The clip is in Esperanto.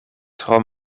tro